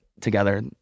together